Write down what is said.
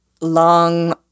long